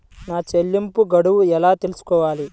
నా చెల్లింపు గడువు ఎలా తెలుసుకోవాలి?